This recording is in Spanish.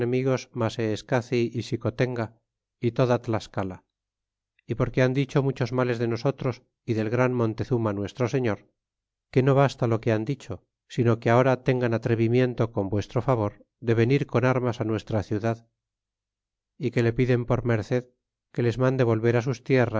maseescaci y xicotenga é toda tlascala é porque han dicho muchos males de nosotros é del gran montezuma nuestro señor que no basta lo que han dicho sino que ahora tengan atrevimiento con vuestro favor de venir con armas á nuestra ciudad y que le piden por merced que les mande volver á sus